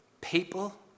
People